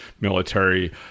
military